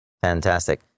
Fantastic